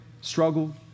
struggle